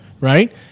right